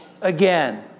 again